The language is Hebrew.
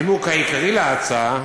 הנימוק העיקרי להצעה